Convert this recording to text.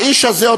האיש הזה,